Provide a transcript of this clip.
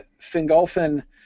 Fingolfin